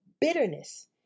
bitterness